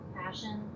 passion